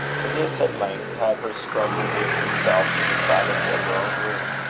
to this, at length, had her struggle with herself in the silence of her own room,